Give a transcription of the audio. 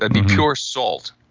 ah be pure salt.